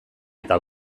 eta